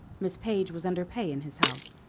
miss page was under pay in his house,